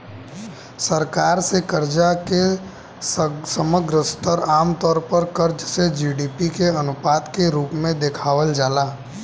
सरकार से कर्जा के समग्र स्तर आमतौर पर कर्ज से जी.डी.पी के अनुपात के रूप में देखावल जाला